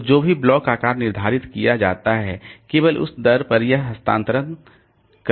तो जो भी ब्लॉक आकार निर्धारित किया जाता है केवल उस दर पर यह हस्तांतरण कर सकता है